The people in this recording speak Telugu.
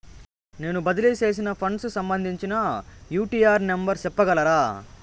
నేను బదిలీ సేసిన ఫండ్స్ సంబంధించిన యూ.టీ.ఆర్ నెంబర్ సెప్పగలరా